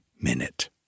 minute